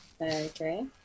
Okay